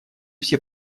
все